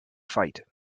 fight